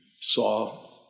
saw